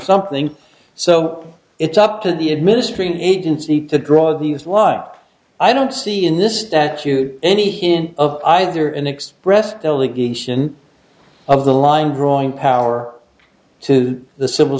something so it's up to the administering agency to draw these while i don't see in this statute any hint of either an express delegation of the line drawing power to the civil